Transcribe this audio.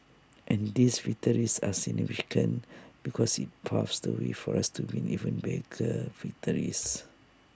and these victories are significant because IT paves the way for us to win even bigger victories